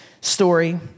story